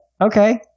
Okay